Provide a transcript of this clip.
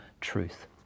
truth